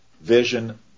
vision